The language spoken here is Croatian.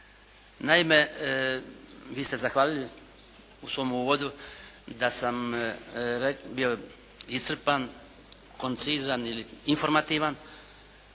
Naime, vi ste zahvalili u svom uvodu da sam bio iscrpan, koncizan i informativan